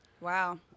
Wow